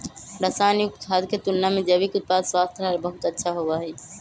रसायन युक्त खाद्य के तुलना में जैविक उत्पाद स्वास्थ्य ला बहुत अच्छा होबा हई